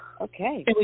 Okay